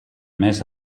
mes